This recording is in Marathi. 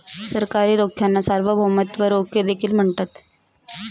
सरकारी रोख्यांना सार्वभौमत्व रोखे देखील म्हणतात